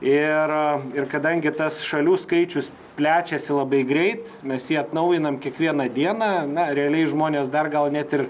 ir ir kadangi tas šalių skaičius plečiasi labai greit mes jį atnaujinam kiekvieną dieną na realiai žmonės dar gal net ir